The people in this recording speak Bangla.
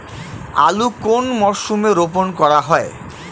আলু কোন মরশুমে রোপণ করা হয়?